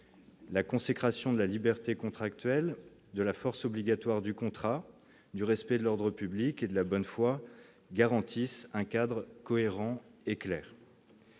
la consécration de la liberté contractuelle de la force obligatoire du contrat du respect de l'ordre public et de la bonne foi garantissent un cadre cohérent et clair.